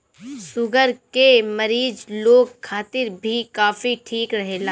sugar के मरीज लोग खातिर भी कॉफ़ी ठीक रहेला